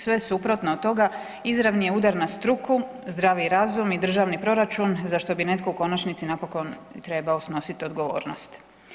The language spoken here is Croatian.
Sve suprotno od toga izravni je udar na struku, zdravi razum i državni proračun za što bi netko u konačnici napokon trebao snosit odgovornost.